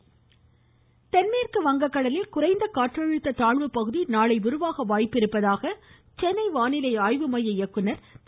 வானிலை தென்மேற்கு வங்க கடலில் குறைந்த காற்றழுத்த தாழ்வு பகுதி நாளை உருவாக வாய்ப்பிருப்பதாக சென்னை வானிலை ஆய்வு மைய இயக்குனர் திரு